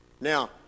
Now